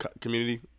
community